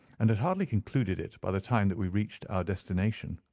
and had hardly concluded it by the time that we reached our destination.